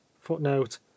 footnote